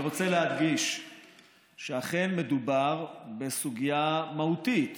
אני רוצה להדגיש שאכן מדובר בסוגיה מהותית.